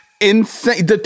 insane